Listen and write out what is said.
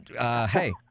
hey